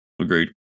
Agreed